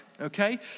Okay